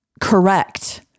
correct